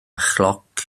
chloc